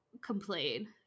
complain